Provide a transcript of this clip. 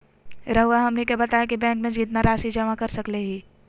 रहुआ हमनी के बताएं कि बैंक में कितना रासि जमा कर सके ली?